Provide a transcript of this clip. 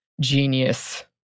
genius